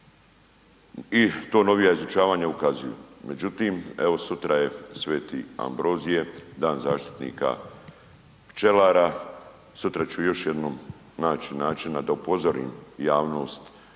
i to novija izučavanja ukazuju. Međutim, evo sutra je sv. Ambrozije dan zaštitnika pčelara, sutra ću još jednom naći načina da upozorim javnost